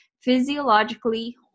physiologically